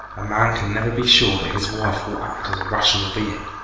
a man can never be sure that his wife will act as a rational being.